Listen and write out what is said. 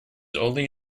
only